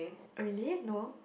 really no